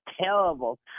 terrible